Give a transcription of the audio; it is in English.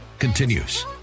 continues